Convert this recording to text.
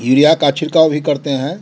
urea का छिड़काव भी करते हैं